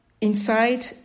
inside